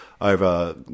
over